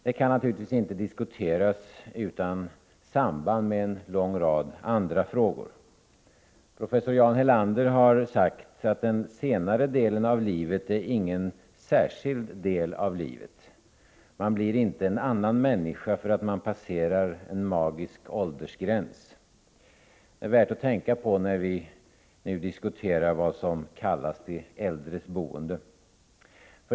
Det kan naturligtvis inte diskuteras utan samband med en lång rad andra frågor. Professor Jan Helander har sagt att den senare delen av livet inte är någon särskild del av livet. Man blir inte en annan människa därför att man passerar en magisk åldersgräns. Det är värt att tänka på när vi skall diskutera vad som kallas de äldres boende.